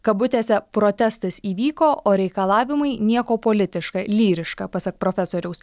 kabutėse protestas įvyko o reikalavimai nieko politiška lyriška pasak profesoriaus